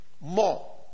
more